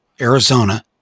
Arizona